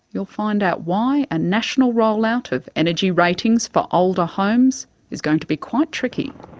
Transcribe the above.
you'll find out why a national rollout of energy ratings for older homes is going to be quite tricky.